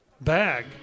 bag